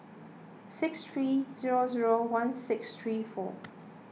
six three zero zero one six three four